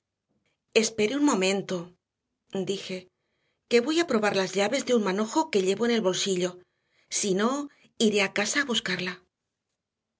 espere un momento dije que voy a probar las llaves de un manojo que llevo en el bolsillo si no iré a casa a buscarla